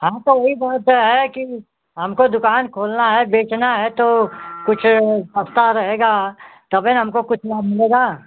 हम तो वही बोलते हैं कि हमको दुकान खोलना है बेचना है तो कुछ सस्ता रहेगा तभी न हमको कुछ लाभ मिलेगा